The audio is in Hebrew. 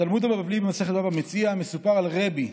בתלמוד הבבלי, במסכת בבא מציעא, מסופר על רבי,